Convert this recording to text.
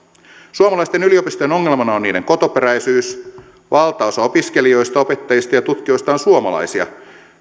suomalaisten yliopistojen ongelmana on niiden kotoperäisyys valtaosa opiskelijoista opettajista ja tutkijoista on suomalaisia